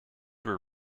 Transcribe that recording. were